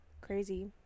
Crazy